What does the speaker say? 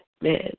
man